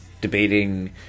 debating